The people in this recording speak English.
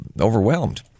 overwhelmed